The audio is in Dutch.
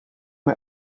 mij